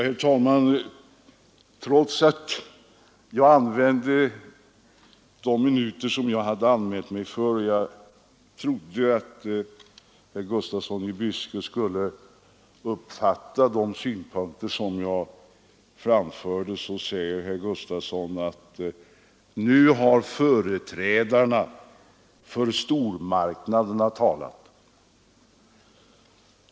Herr talman! Trots att jag använde de minuter som jag hade anmält mig för och trodde att herr Gustafsson i Byske skulle uppfatta de synpunkter jag framförde, säger herr Gustafsson att nu har företrädarna för stormarknader talat.